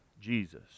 jesus